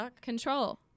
control